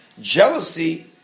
jealousy